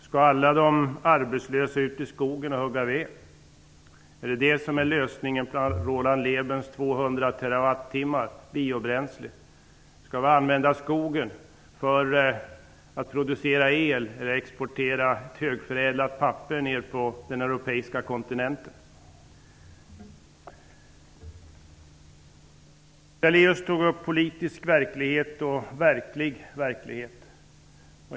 Skall alla arbetslösa ut i skogen och hugga ved? Är det därifrån, Roland Lében, som vi skall få 200 TWh biobränsle? Skall vi använda skogen för att producera el eller exportera högförädlat papper till den europeiska kontinenten? Daléus tog upp politisk verklighet och verklig verklighet.